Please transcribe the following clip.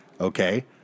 okay